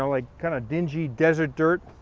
ah like kinda dingy, desert dirt.